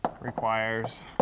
requires